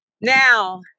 Now